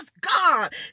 God